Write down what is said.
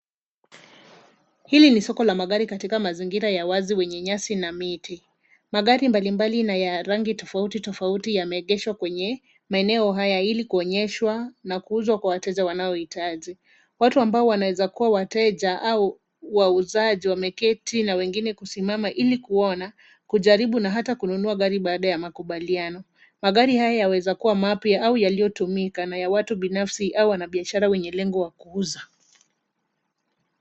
Hili ni soko la magari katika mazingira ya wazi wenye nyasi na miti. Magari mbalimbali na ya rangi tofauti yameegeshwa kwenye maeneo haya ili kuonyeshwa na kuuzwa kwa wateja wanaohitaji. Watu ambao wanaweza kuwa wateja au wauzaji wameketi na wengine kusimama ili kuona, kujaribu, na hata kununua gari baada ya makubaliano .Magari haya yaweza kuwa mapya au yaliyotumika na ya watu binafsi au ya wanabiashara wenye lengo ya kuuza.